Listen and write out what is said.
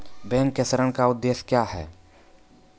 Bank के ऋण का उद्देश्य क्या हैं?